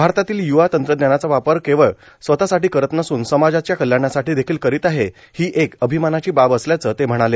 भारतातील य्वा तंत्रज्ञानाचा वापर केवळ स्वतःसाठी करत नसून समाजाच्या कल्याणासाठी देखील करीत आहे ही एक अभिमानाची बाब असल्याचं ते म्हणाले